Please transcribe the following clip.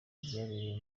byabereye